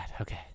Okay